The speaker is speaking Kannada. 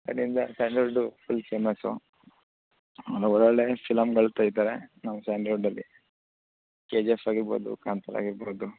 ಅದರಿಂದ ಸ್ಯಾಂಡಲ್ವುಡ್ಡು ಫುಲ್ ಫೇಮಸ್ಸು ಎಲ್ಲ ಒಳ್ಳೊಳ್ಳೆಯ ಫಿಲಂಗಳು ತೆಗೀತಾರೆ ನಮ್ಮ ಸ್ಯಾಂಡಲ್ವುಡ್ಡಲ್ಲಿ ಕೆ ಜಿ ಎಫ್ ಆಗಿರ್ಬೋದು ಕಾಂತಾರ ಆಗಿರ್ಬೋದು